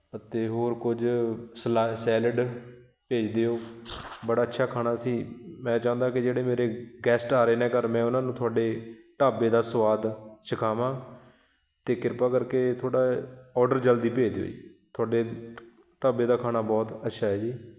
ਅਤੇ ਹੋਰ ਕੁਝ ਸਲਾ ਸੈਲਡ ਭੇਜ ਦਿਉ ਬੜਾ ਅੱਛਾ ਖਾਣਾ ਸੀ ਮੈਂ ਚਾਹੁੰਦਾ ਕਿ ਜਿਹੜੇ ਮੇਰੇ ਗੈਸਟ ਆ ਰਹੇ ਨੇ ਘਰ ਮੈਂ ਉਹਨਾਂ ਨੂੰ ਤੁਹਾਡੇ ਢਾਬੇ ਦਾ ਸਵਾਦ ਚੱਖਾਵਾਂ ਅਤੇ ਕਿਰਪਾ ਕਰਕੇ ਥੋੜ੍ਹਾ ਔਡਰ ਜਲਦੀ ਭੇਜ ਦਿਉ ਜੀ ਤੁਹਾਡੇ ਢਾਬੇ ਦਾ ਖਾਣਾ ਬਹੁਤ ਅੱਛਾ ਹੈ ਜੀ